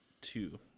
two